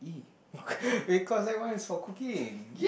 because that one is cooking